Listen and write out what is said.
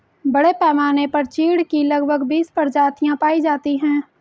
बड़े पैमाने पर चीढ की लगभग बीस प्रजातियां पाई जाती है